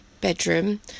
bedroom